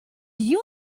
you